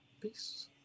Peace